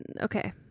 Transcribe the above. Okay